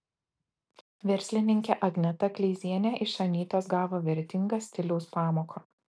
verslininkė agneta kleizienė iš anytos gavo vertingą stiliaus pamoką